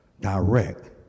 direct